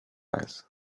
eyes